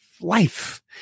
life